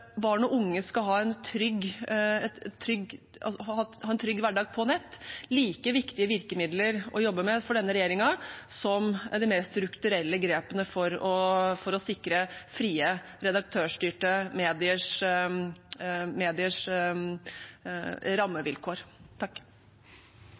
og kampen for at barn og unge skal ha en trygg hverdag på nett, like viktige virkemidler å jobbe med for denne regjeringen som de mer strukturelle grepene for å sikre frie, redaktørstyrte mediers